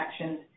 actions